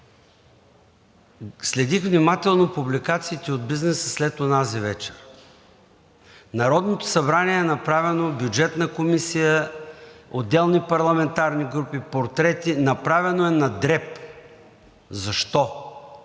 Следих внимателно публикациите от бизнеса след онази вечер. На Народното събрание, Бюджетната комисия, отделни парламентарни групи са направени портрети. Направено е на дреб. Защо?